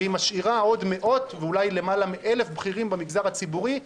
והיא משאירה עוד מאות ואולי למעלה מ-1,000 בכירים במגזר הציבורי,